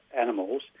animals